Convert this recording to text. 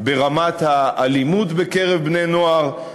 ברמת האלימות בקרב בני-נוער,